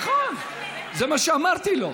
נכון, זה מה שאמרתי לו.